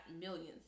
millions